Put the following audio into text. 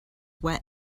wet